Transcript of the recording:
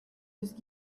just